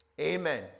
Amen